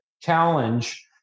Challenge